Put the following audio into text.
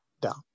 down